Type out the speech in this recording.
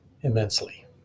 immensely